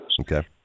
Okay